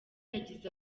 yagize